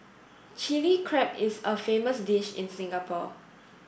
Chilli Crab is a famous dish in Singapore